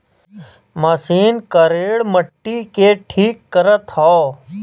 machine करेड़ मट्टी के ठीक करत हौ